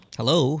hello